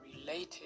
related